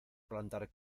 plantar